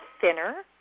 thinner